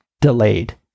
delayed